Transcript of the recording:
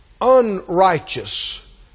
unrighteous